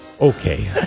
Okay